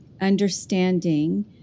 understanding